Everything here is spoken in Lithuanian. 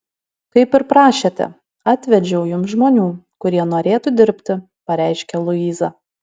kaip ir prašėte atvedžiau jums žmonių kurie norėtų dirbti pareiškia luiza